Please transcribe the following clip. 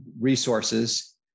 resources